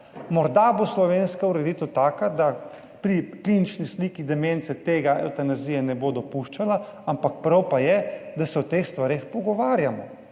Morda bo slovenska ureditev taka, da pri klinični sliki demence tega evtanazije ne bo dopuščala, ampak prav pa je, da se o teh stvareh pogovarjamo